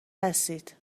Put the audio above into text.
هستید